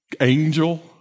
angel